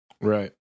Right